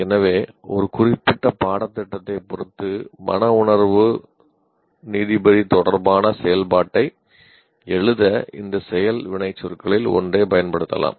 எனவே ஒரு குறிப்பிட்ட பாடத்திட்டத்தைப் பொறுத்து மனவுணர்வு நீதிபதி தொடர்பான செயல்பாட்டை எழுத இந்த செயல் வினைச்சொற்களில் ஒன்றை பயன்படுத்தலாம்